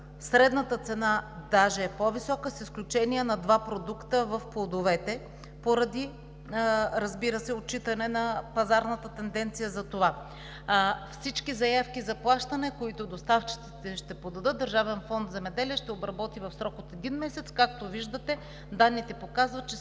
средната цена даже е по-висока, с изключение на два продукта в плодовете, поради, разбира се, отчитане на пазарната тенденция за това. Всички заявки за плащане, които доставчиците ще подадат, Държавен фонд „Земеделие“ ще обработи в срок от един месец. Както виждате, данните показват, че